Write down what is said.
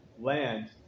land